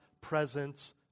presence